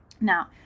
Now